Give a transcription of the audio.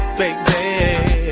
baby